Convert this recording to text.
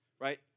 right